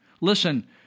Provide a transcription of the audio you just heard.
Listen